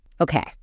Okay